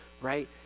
right